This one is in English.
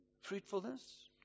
fruitfulness